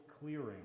clearing